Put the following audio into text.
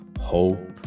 hope